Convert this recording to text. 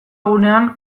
gunean